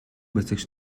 байцаагч